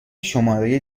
شماره